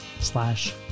slash